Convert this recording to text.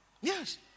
Yes